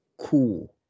cool